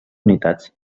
unitats